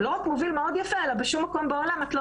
לא רק מוביל מאוד יפה - בשום מקום בעולם את לא